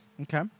Okay